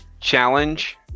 Challenge